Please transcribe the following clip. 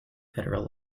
federal